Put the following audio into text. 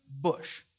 bush